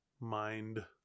mind